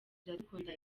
iradukunda